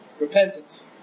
repentance